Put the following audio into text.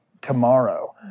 tomorrow